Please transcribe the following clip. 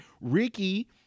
Ricky